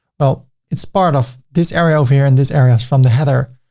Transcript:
well, it's part of this area over here, and this area is from the header.